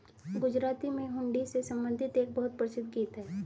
गुजराती में हुंडी से संबंधित एक बहुत प्रसिद्ध गीत हैं